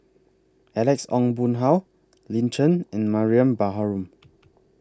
Alex Ong Boon Hau Lin Chen and Mariam Baharom